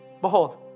behold